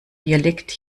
dialekt